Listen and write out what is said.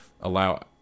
allow